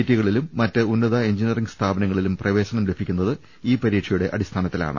ടികളിലും മറ്റ് ഉന്നത എഞ്ചിനീയറിംഗ് സ്ഥാപനങ്ങളിലേക്കും പ്രവേശനം ലഭിക്കു ന്നത് ഈ പരീക്ഷയുടെ അടിസ്ഥാനത്തിലാണ്